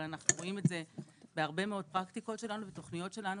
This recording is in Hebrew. אבל אנחנו רואים את זה בהרבה מאוד פרקטיקות שלנו ותוכניות שלנו,